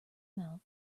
mouth